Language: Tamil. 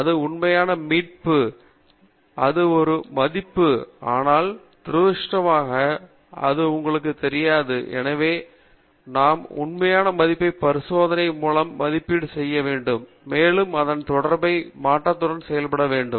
இந்த உண்மையான மதிப்பு அது முழு மதிப்பு ஆனால் துரதிருஷ்டவசமாக அது எங்களுக்கு தெரியாது எனவே நாம் உண்மையான மதிப்பை பரிசோதனை மூலம் மதிப்பீடு செய்ய வேண்டும் மேலும் அதன் தொடர்புடைய மாற்றத்துடன் செயல்பட வேண்டும்